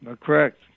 Correct